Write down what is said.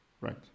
right